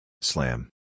Slam